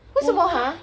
为什么 !huh!